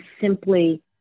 simply